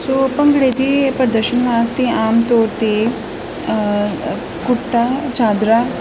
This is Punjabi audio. ਸੋ ਭੰਗੜੇ ਦੀ ਪ੍ਰਦਰਸ਼ਨ ਵਾਸਤੇ ਆਮ ਤੌਰ 'ਤੇ ਕੁੜਤਾ ਹੈ ਚਾਦਰਾ